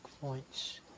points